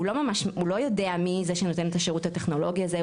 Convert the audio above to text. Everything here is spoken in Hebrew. הוא לא יודע מי זה שנותן את השירות הטכנולוגי הזה,